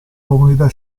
comunità